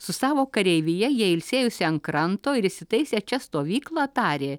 su savo kareivija jie ilsėjosi ant kranto ir įsitaisę čia stovyklą tarė